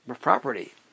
property